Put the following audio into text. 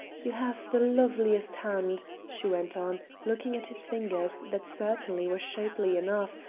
you have the loveliest hand, she went on, looking at his fingers, that certainly were shapely enough,